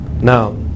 Now